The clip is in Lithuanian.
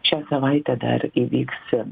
šią savaitę dar įvyks